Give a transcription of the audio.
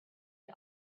had